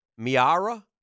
Miara